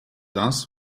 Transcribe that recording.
das